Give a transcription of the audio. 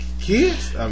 kids